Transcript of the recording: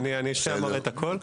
אני אראה את הכול.